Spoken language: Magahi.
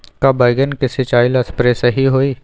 का बैगन के सिचाई ला सप्रे सही होई?